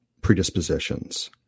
predispositions